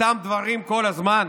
אותם דברים כל הזמן?